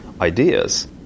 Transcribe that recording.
ideas